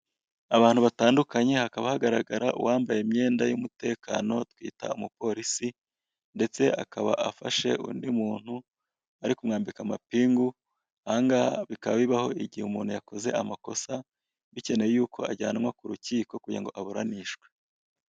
Abantu batandukanye hakaba hagaragara uwambaye imyenda y'umutekano twita umupolisi, ndetse akaba afashe undi muntu ari kumwambika amapingu, aha ngaha bikaba bibaho igihe umuntu yakoze amakosa bikenewe ko ajyanwa ku rukiko kugira ngo aburanishwe.